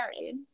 Married